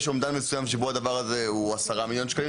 יש אומדן מסוים שבו הדבר הזה הוא 10 מיליון שקלים,